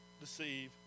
deceive